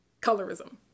colorism